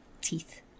teeth